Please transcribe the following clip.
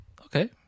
Okay